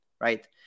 right